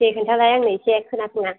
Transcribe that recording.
दे खिन्थालाय आंनो इसे खोनासंनां